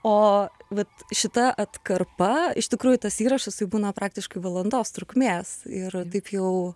o vat šita atkarpa iš tikrųjų tas įrašas tai būna praktiškai valandos trukmės ir taip jau